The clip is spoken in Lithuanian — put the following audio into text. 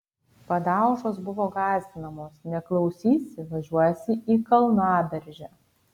padaužos buvo gąsdinamos neklausysi važiuosi į kalnaberžę